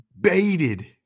baited